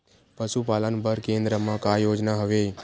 पशुपालन बर केन्द्र म का योजना हवे?